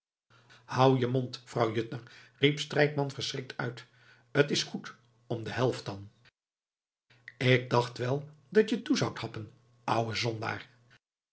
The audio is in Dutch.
hou je mond vrouw juttner riep strijkman verschrikt uit t is goed om de helft dan k dacht wel dat je toe zoudt happen ouwe zondaar